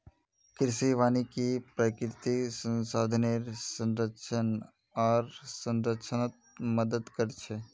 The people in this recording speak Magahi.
कृषि वानिकी प्राकृतिक संसाधनेर संरक्षण आर संरक्षणत मदद कर छे